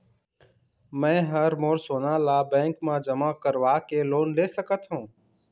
मैं हर मोर सोना ला बैंक म जमा करवाके लोन ले सकत हो?